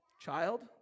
child